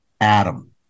Adam